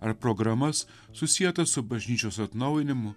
ar programas susietas su bažnyčios atnaujinimu